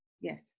Yes